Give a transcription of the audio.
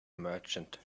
merchant